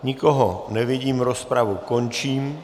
Nikoho nevidím, rozpravu končím.